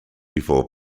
before